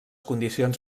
condicions